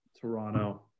Toronto